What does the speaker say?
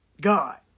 God